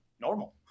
normal